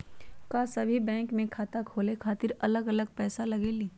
का सभी बैंक में खाता खोले खातीर अलग अलग पैसा लगेलि?